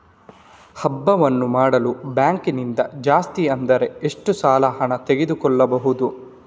ಹಬ್ಬವನ್ನು ಮಾಡಲು ಬ್ಯಾಂಕ್ ನಿಂದ ಜಾಸ್ತಿ ಅಂದ್ರೆ ಎಷ್ಟು ಸಾಲ ಹಣ ತೆಗೆದುಕೊಳ್ಳಬಹುದು?